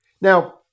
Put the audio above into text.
Now